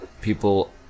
people